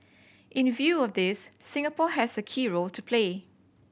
in view of this Singapore has a key role to play